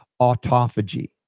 autophagy